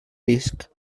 risc